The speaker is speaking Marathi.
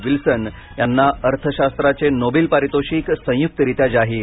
विल्सन यांना अर्थशास्त्राचे नोबेल पारितोषिक संयुक्तरित्या जाहीर